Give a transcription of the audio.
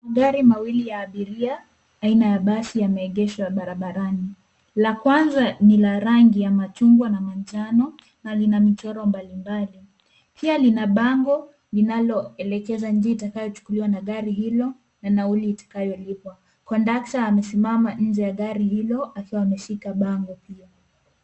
Gari mawili ya abiria aina ya basi yameegeshwa barabarani. La kwanza ni la rangi ya machungwa na manjano na lina michoro mbali mbali pia lina bango linaloelekeza njia kitayochukuliwa na gari hilo na nauli itakayolipwa. Kondakta amesimama nje ya gari hilo akiwa ameshika bango pia.